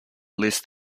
list